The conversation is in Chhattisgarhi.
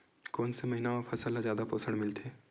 कोन से महीना म फसल ल जादा पोषण मिलथे?